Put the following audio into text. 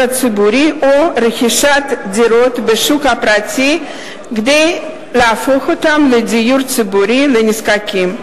ציבורי או רכישת דירות בשוק הפרטי כדי להפוך אותן לדיור ציבורי לנזקקים.